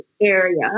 area